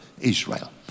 Israel